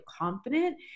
confident